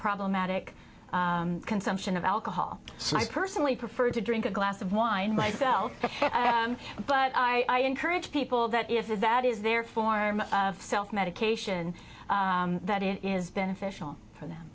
problematic consumption of alcohol so i personally prefer to drink a glass of wine myself but i encourage people that if that is their form of self medication that it is beneficial for them